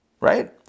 Right